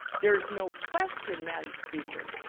there's no question, madam speaker,